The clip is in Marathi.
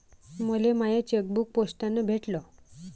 मले माय चेकबुक पोस्टानं भेटल